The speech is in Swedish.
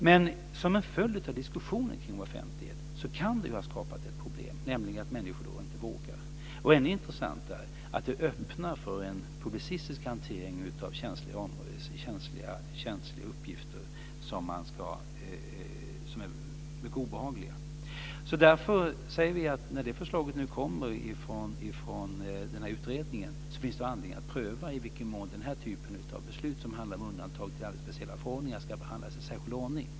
Men som en följd av diskussionen om offentligheten kan det ha blivit ett problem, nämligen att människor inte vågar. Ännu intressantare är att det öppnar möjligheter för en publicistisk hantering av känsliga uppgifter som är mycket obehaglig. Därför säger vi att när förslaget kommer från utredningen finns det anledning att pröva i vilken mån den här typen av beslut, som handlar om undantag i alldeles speciella förordningar, ska behandlas i särskild ordning.